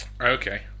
Okay